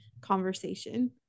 conversation